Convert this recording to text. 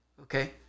okay